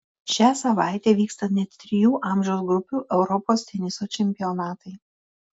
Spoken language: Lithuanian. šią savaitę vyksta net trijų amžiaus grupių europos teniso čempionatai